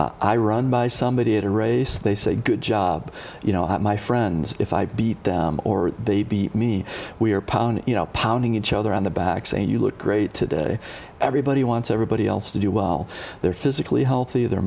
u i run by somebody at a race they say good job you know my friends if i beat them or they beat me we are you know pounding each other on the back saying you look great today everybody wants everybody else to do well they're physically healthy the